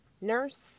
nurse